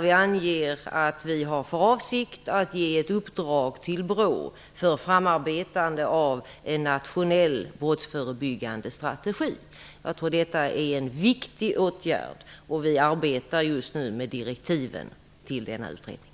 den anges att regeringen har för avsikt att ge BRÅ i uppdrag att arbeta fram en nationell brottsförebyggande strategi. Jag tror detta är en viktig åtgärd, och regeringen arbetar just nu med direktiven till en sådan utredning.